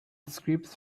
scripts